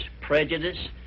prejudice